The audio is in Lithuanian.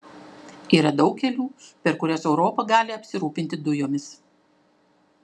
yra daug kelių per kuriuos europa gali apsirūpinti dujomis